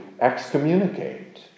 excommunicate